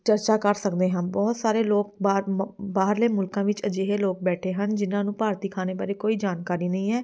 ਚਰਚਾ ਕਰ ਸਕਦੇ ਹਾਂ ਬਹੁਤ ਸਾਰੇ ਲੋਕ ਬਾਰ ਬਾਹਰਲੇ ਮੁਲਕਾਂ ਵਿੱਚ ਅਜਿਹੇ ਲੋਕ ਬੈਠੇ ਹਨ ਜਿਨ੍ਹਾਂ ਨੂੰ ਭਾਰਤੀ ਖਾਣੇ ਬਾਰੇ ਕੋਈ ਜਾਣਕਾਰੀ ਨਹੀਂ ਹੈ